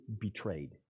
betrayed